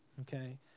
okay